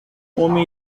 homem